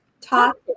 talk